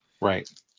Right